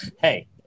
Hey